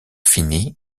fini